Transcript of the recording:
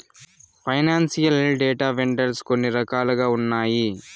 financial data vendors కొన్ని రకాలుగా ఉన్నాయి